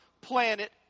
planet